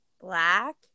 black